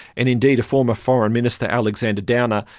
and indeed, a former foreign minister, alexander downer,